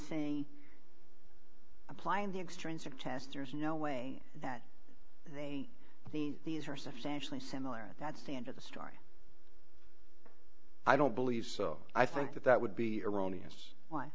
saying applying the extrinsic test there's no way that they mean these are substantially similar and that's the end of the story i don't believe so i think that that would be erroneous why